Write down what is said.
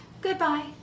Goodbye